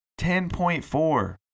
10.4